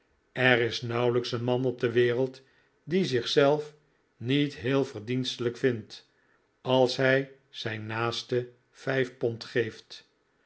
er is nauwelijks een man op de wereld die zichzelf niet heel verdienstelijk vindt als hij zijn naaste vijf pond geeft